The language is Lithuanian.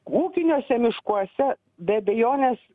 ūkiniuose miškuose be abejonės